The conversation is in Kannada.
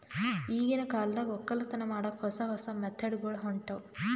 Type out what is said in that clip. ಈಗಿನ್ ಕಾಲದಾಗ್ ವಕ್ಕಲತನ್ ಮಾಡಕ್ಕ್ ಹೊಸ ಹೊಸ ಮೆಥಡ್ ಗೊಳ್ ಹೊಂಟವ್